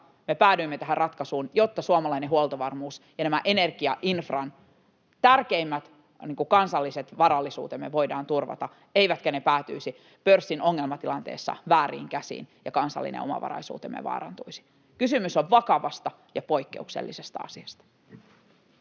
me päädyimme tähän ratkaisuun, jotta suomalainen huoltovarmuus ja nämä energiainfran tärkeimmät kansalliset varallisuutemme voidaan turvata eivätkä ne päätyisi pörssin ongelmatilanteessa vääriin käsiin eikä kansallinen omavaraisuutemme vaarantuisi. Kysymys on vakavasta ja poikkeuksellisesta asiasta.